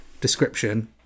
description